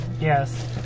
Yes